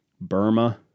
Burma